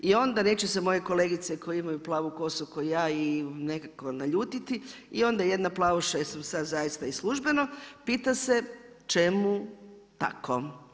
I onda, neće se moje kolegice koje imaju plavu kosu kao i ja i nekako naljutiti, i onda jedna plavuša sad zaista i službeno, pita se čemu tako.